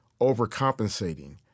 overcompensating